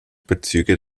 bezüge